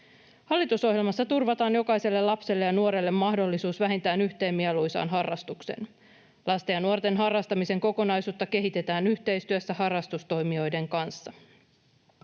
Hallitusohjelmassa turvataan jokaiselle lapselle ja nuorelle mahdollisuus vähintään yhteen mieluisaan harrastukseen. Lasten ja nuorten harrastamisen kokonaisuutta kehitetään yhteistyössä harrastustoimijoiden kanssa.